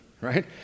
right